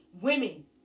women